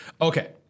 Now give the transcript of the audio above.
Okay